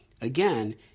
Again